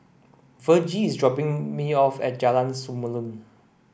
Virgie is dropping me off at Jalan Samulun